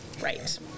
Right